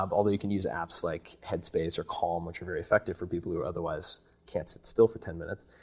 um although you can use apps like head space or calm, which are very effective for people who otherwise can't sit still for ten minutes.